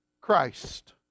Christ